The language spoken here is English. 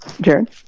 Jared